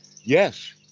Yes